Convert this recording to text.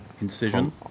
incision